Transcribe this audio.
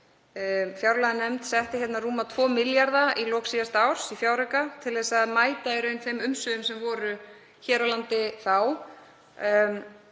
Fjárlaganefnd setti rúma 2 milljarða í lok síðasta árs í fjárauka til þess að mæta í raun þeim umsvifum sem voru þá hér á landi.